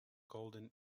golden